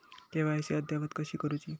KYC अद्ययावत कशी करुची?